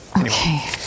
Okay